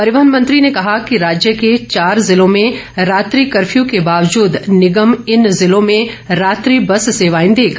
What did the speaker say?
परिवहन मंत्री ने कहा कि राज्य के चार जिलो में रात्रि कफ्यू के बावजूद निगम इन ज़िलों में रात्रि बस सेवाएं देगा